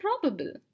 probable